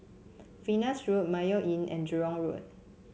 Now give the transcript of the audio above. Venus Road Mayo Inn and Jurong Road